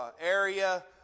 area